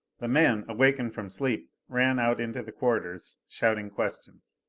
the men, awakened from sleep, ran out into the corridors shouting questions.